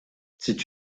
c’est